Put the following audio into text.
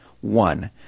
One